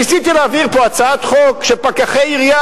ניסיתי להעביר פה הצעת חוק שפקחי עירייה